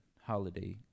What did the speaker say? holiday